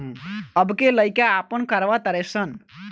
अब के लइका आपन करवा तारे सन